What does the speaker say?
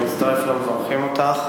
ותעבור לוועדת העבודה,